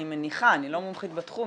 אני לא מומחית בתחום,